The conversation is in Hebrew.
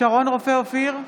שרון רופא אופיר,